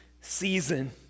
season